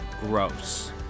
gross